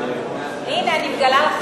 הנה, אני מגלה לך.